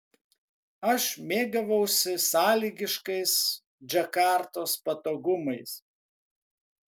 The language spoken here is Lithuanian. aš mėgavausi sąlygiškais džakartos patogumais